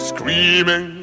Screaming